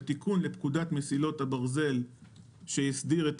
בתיקון לפקודת מסילות הברזל שהסדיר את